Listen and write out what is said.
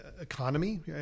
economy